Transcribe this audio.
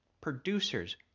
producers